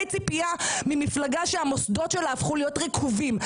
ציפייה ממפלגה שהמוסדות שלה הפכו להיות רקובים.